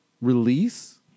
release